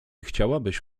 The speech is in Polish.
chciałabyś